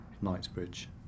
Knightsbridge